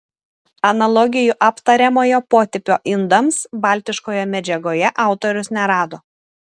analogijų aptariamojo potipio indams baltiškoje medžiagoje autorius nerado